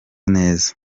neza